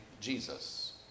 Jesus